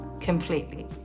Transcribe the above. completely